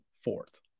fourth